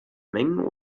mengen